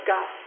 God